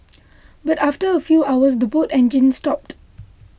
but after a few hours the boat engines stopped